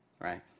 Right